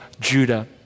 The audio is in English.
Judah